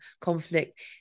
conflict